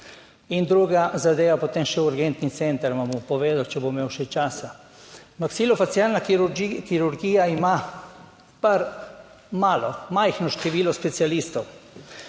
In druga zadeva, potem še urgentni center, vam bom povedal, če bom imel še časa. Maksilofacialna kirurgija ima par, malo, majhno število specialistov.